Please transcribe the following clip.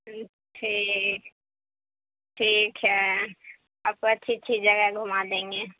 ٹھیک ٹھیک ہے آپ کو اچھی اچھی جگہ گھما دیں گے